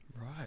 Right